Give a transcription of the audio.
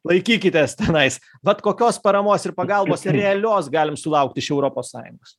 laikykitės tenais vat kokios paramos ir pagalbos realios galim sulaukti iš europos sąjungos